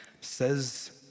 says